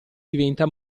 diventa